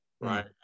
right